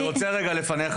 אני רוצה, לפניך